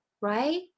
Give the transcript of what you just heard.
right